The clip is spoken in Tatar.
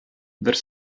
бер